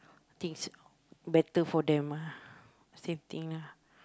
think it's better for them ah same thing lah